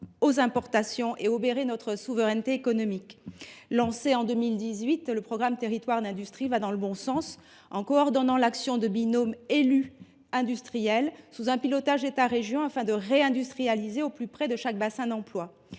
aux importations et obéré notre souveraineté économique. Lancé en 2018, le programme Territoires d’industrie va dans le bon sens en coordonnant l’action de binômes élu industriel, sous le pilotage de l’État et de la région, afin de réindustrialiser au plus près de chaque bassin d’emploi.